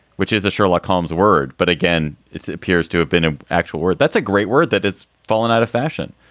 which is a sherlock holmes word. but again, it appears to have been an actual word. that's a great word, that it's fallen out of fashion.